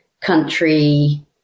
country